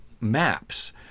maps